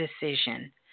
decision